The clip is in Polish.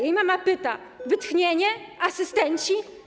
Jej mama pyta: Wytchnienie, asystenci?